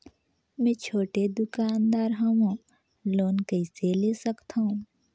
मे छोटे दुकानदार हवं लोन कइसे ले सकथव?